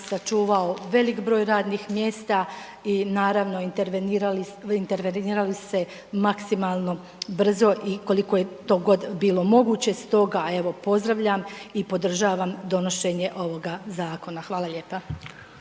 sačuvao velik broj radnih mjesta i naravno, interveniralo se maksimalno brzo i koliko je to god bilo moguće, stoga evo, pozdravljam i podržavam donošenja ovoga zakona. Hvala lijepa.